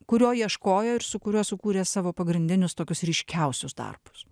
kurio ieškojo ir su kuriuo sukūrė savo pagrindinius tokius ryškiausius darbus